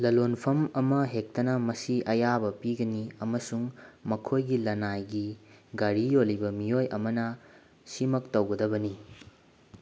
ꯂꯂꯣꯟꯐꯝ ꯑꯃ ꯍꯦꯛꯇꯅ ꯃꯁꯤ ꯑꯌꯥꯕ ꯄꯤꯒꯅꯤ ꯑꯃꯁꯨꯡ ꯃꯈꯣꯏꯒꯤ ꯂꯅꯥꯏꯒꯤ ꯒꯥꯔꯤ ꯌꯣꯜꯂꯤꯕ ꯃꯤꯑꯣꯏ ꯑꯃꯅ ꯁꯤꯃꯛ ꯇꯧꯒꯗꯕꯅꯤ